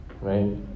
right